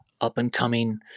up-and-coming